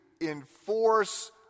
enforce